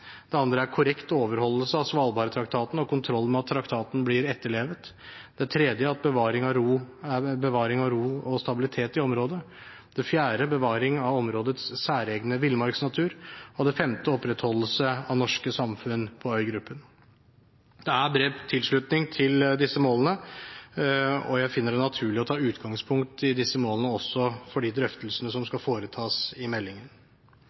korrekt overholdelse av Svalbardtraktaten og kontroll med at traktaten blir etterlevd bevaring av ro og stabilitet i området bevaring av områdets særegne villmarksnatur opprettholdelse av norske samfunn på øygruppen Det er bred tilslutning til disse målene. Jeg finner det naturlig å ta utgangspunkt i disse målene også i de drøftelsene som skal foretas i meldingen.